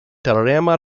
teorema